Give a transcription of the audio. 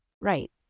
Right